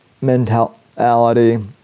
mentality